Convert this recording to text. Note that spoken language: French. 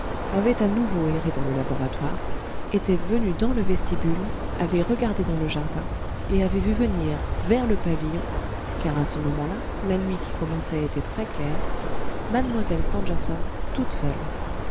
avait à nouveau erré dans le laboratoire était venu dans le vestibule avait regardé dans le jardin et avait vu venir vers le pavillon car à ce moment-là la nuit qui commençait était très claire mlle stangerson toute seule